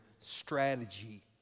strategy